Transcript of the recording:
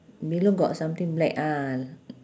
below got something black ah